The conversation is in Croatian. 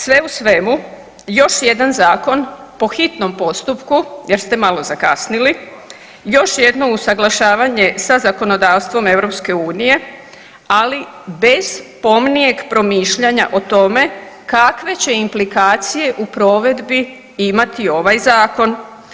Sve u svemu, još jedan zakon po hitnom postupku, jer ste malo zakasnili, još jedno usuglašavanje sa zakonodavstvom Europske unije ali bez pomnijeg promišljanja o tome kakve će implikacije u provedbi imati ovaj Zakon.